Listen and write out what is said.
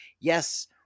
yes